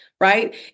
Right